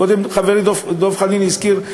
קודם חברי דב חנין הזכיר,